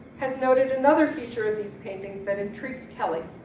has noted another feature of these paintings that intrigued kelly.